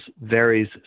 varies